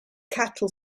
cattle